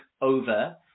over